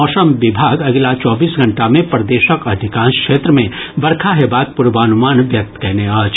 मौसम विभाग अगिला चौबीस घंटा मे प्रदेशक अधिकांश क्षेत्र मे बरखा हेबाक पूर्वानुमान व्यक्त कयने अछि